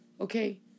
Okay